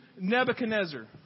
Nebuchadnezzar